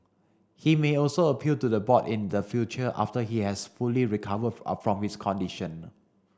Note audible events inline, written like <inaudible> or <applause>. he may also appeal to the board in the future after he has fully recovered <unintelligible> from his condition